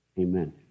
amen